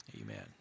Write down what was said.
amen